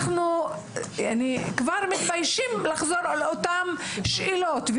כבר מתביישים לחזור על אותן שאלות,